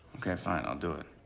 ok, fine. i'll do it.